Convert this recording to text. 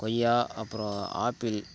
கொய்யா அப்பறம் ஆப்பிள்